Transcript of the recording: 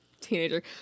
teenager